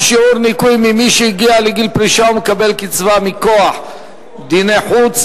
שיעור ניכוי ממי שהגיע לגיל פרישה ומקבל קצבה מכוח דיני חוץ),